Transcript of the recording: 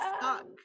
stuck